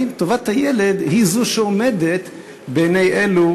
האם טובת הילד היא שעומדת לנגד עיני אלו